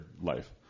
life